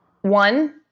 one